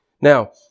Now